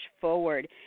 forward